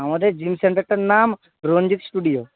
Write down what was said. আমাদের জিম সেন্টারটার নাম রঞ্জিত স্টুডিয়ো